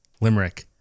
limerick